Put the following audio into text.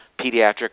pediatric